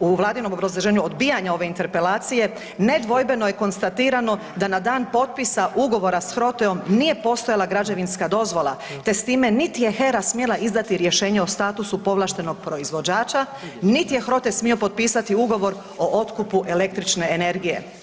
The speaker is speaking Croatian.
u Vladinom obrazloženju odbijanja ove interpelacije nedvojbeno je konstatirano da na dan potpisa ugovora s HROTE-om nije postojala građevinska dozvola te s time niti je HER-a smjela izdati rješenje o statusu povlaštenog proizvođača, niti je HROTE smio potpisati ugovor o otkupu električne energije.